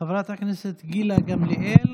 חברת הכנסת גילה גמליאל,